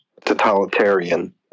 totalitarian